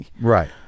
Right